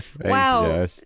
Wow